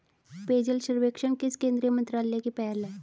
पेयजल सर्वेक्षण किस केंद्रीय मंत्रालय की पहल है?